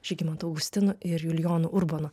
žygimantu augustinu ir julijonu urbonu